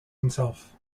himself